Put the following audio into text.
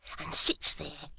and sits there,